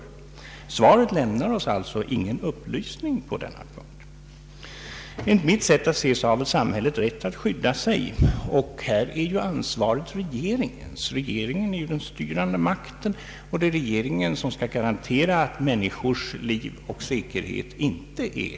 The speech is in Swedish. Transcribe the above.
Hans svar lämnar oss ingen upplysning om detta. Enligt mitt sätt att se har samhället rätt att skydda sig. Ansvaret för detta har regeringen i egenskap av innehavare av den styrande makten. Regeringen skall garantera att människors liv och säkerhet inte hotas.